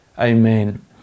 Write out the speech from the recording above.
Amen